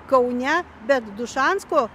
kaune bet dušansko